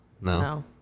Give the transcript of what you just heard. No